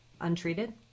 untreated